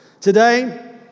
Today